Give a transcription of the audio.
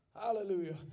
Hallelujah